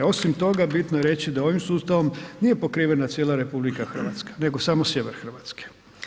Osim toga, bitno je reći da ovim sustavom nije pokrivena cijela RH, nego samo sjever RH.